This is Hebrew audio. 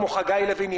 כמו חגי לוין,